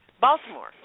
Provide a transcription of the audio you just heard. Baltimore